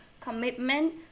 commitment